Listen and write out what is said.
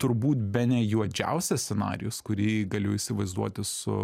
turbūt bene juodžiausias scenarijus kurį galiu įsivaizduoti su